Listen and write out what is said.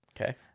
Okay